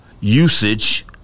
usage